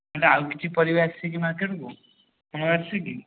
ମୁଁ କହିଲି ଆଉ କିଛି ପରିବା ଆସିଛିକି ମାର୍କେଟକୁ ଫଳ ଆସିଛିକି